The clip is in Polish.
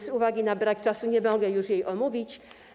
Z uwagi na brak czasu nie mogę jej omówić.